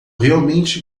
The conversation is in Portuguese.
realmente